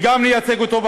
וגם נייצג אותו,